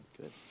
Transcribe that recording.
good